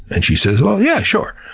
and she says, well, yeah, sure.